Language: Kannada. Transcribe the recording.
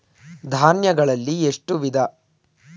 ಧಾನ್ಯಗಳಲ್ಲಿ ಎಷ್ಟು ವಿಧ?